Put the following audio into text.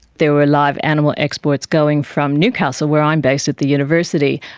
there were live animal exports going from newcastle where i'm based at the university,